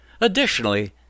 Additionally